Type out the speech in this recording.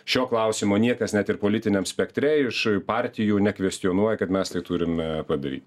šio klausimo niekas net ir politiniam spektre iš partijų nekvestionuoja kad mes tai turime padaryti